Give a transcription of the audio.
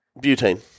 Butane